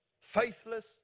faithless